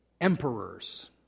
emperors